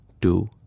two